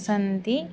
सन्ति